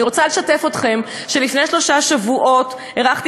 אני רוצה לשתף אתכם שלפני שלושה שבועות אירחתי